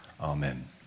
amen